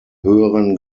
höheren